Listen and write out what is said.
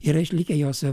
yra išlikę jos